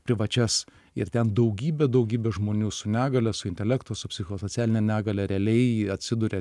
privačias ir ten daugybę daugybę žmonių su negalia su intelekto su psichosocialine negalia realiai atsiduria